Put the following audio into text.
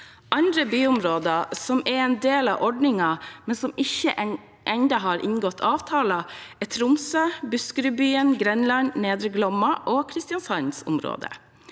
Andre byområder som er en del av ordningen, men som ennå ikke har inngått avtaler, er Tromsø, Buskerudbyen, Grenland, Nedre Glomma og Kristiansand-området.